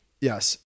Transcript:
Yes